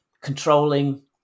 controlling